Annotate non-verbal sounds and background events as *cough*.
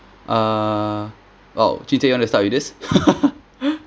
uh !wow! jun jie you wanna start with this *laughs*